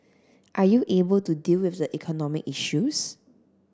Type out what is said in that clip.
are you able to deal with the economic issues